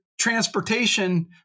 transportation